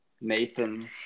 Nathan